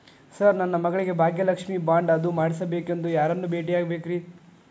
Sir ನನ್ನ ಮಗಳಿಗೆ Bhagyalakshmi bond ಅದು ಮಾಡಿಸಬೇಕೆಂದು ಯಾರನ್ನ ಭೇಟಿಯಾಗಬೇಕ್ರಿ?